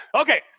Okay